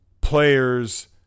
players